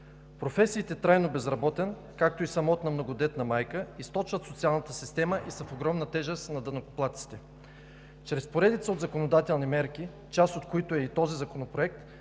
Професията „трайно безработен“, както и „самотна многодетна майка“ източват социалната система и са в огромна тежест на данъкоплатците. Чрез поредица от законодателни мерки, част от които е и този законопроект,